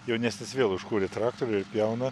jaunesnis vėl užkūrė traktorių ir pjauna